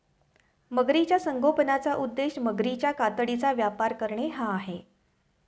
मगरीच्या संगोपनाचा उद्देश मगरीच्या कातडीचा व्यापार करणे हा आहे